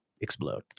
Explode